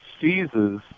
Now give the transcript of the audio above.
seizes